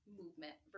movement